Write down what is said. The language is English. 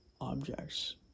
objects